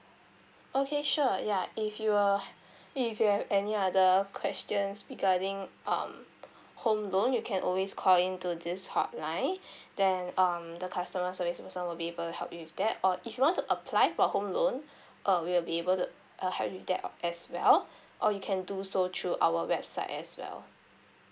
okay sure ya if you uh if you have any other questions regarding um home loan you can always call in to this hotline then um the customer service person will be able to help you with that or if you want to apply for home loan uh we'll be able to uh help you with that as well or you can do so through our website as well